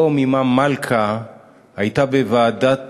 היום אמם מלכה הייתה בוועדת